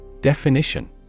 Definition